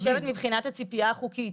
אני גם חושבת מבחינת הצפייה החוקית,